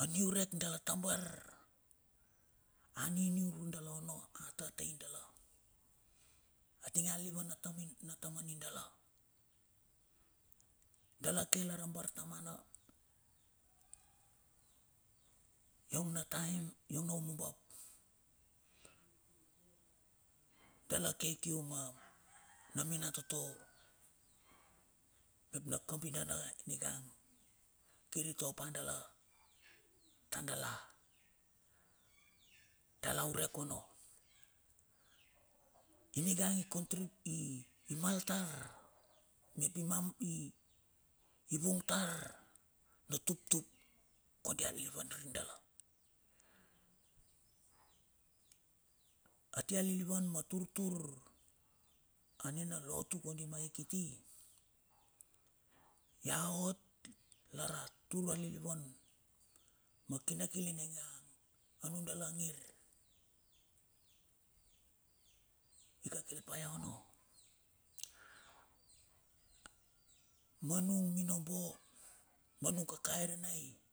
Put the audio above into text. aniurek dala tambar a niniuru dala onno, a tatai dala atinge a lilivan na tamani dala. Dala ke lar abartamana iong na taim iong na umumbap dala ke kium na minatoto mep na kambinana ningang kiri topa dala tar dala urek onno ningang kontrip i maltar tar mep imam i vung tar na tuk tuk kodi alilivan ri dala. Atia lilivan ma tur tur anina lotu ma he kondi kiti ia ot lar atur alilivan ma kinakil nina andala angir ikakil pa ai onno ma nung minombo ma nung kakairanai.